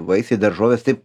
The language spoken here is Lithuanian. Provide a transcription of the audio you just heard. vaisiai daržovės taip